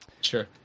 Sure